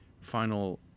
final